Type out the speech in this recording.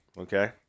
okay